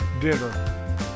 dinner